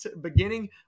beginning